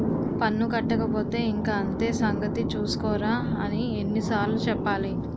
పన్ను కట్టకపోతే ఇంక అంతే సంగతి చూస్కోరా అని ఎన్ని సార్లు చెప్పాలి